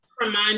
remind